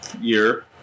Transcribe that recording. year